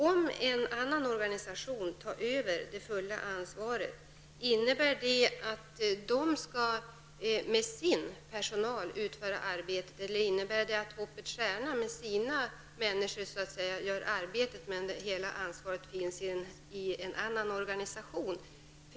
Om en annan organisation tar över det fulla ansvaret -- innebär det att den skall utföra arbetet med sin personal eller innebär det att Hoppets stjärna skall göra arbetet medan ansvaret åligger en annan organisation?